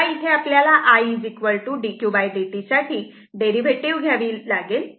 तेव्हा इथे आपल्याला i dqdt साठी डेरिव्हेटिव्ह घ्यावी लागेल